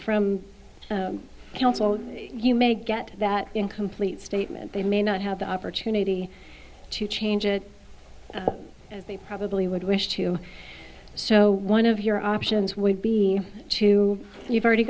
counsel you may get that incomplete statement they may not have the opportunity to change it as they probably would wish to so one of your options would be to you've already